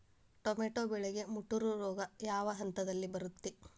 Tomato ಬೆಳೆಗೆ ಮುಟೂರು ರೋಗ ಯಾವ ಹಂತದಲ್ಲಿ ಬರುತ್ತೆ?